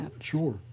sure